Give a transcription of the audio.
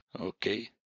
okay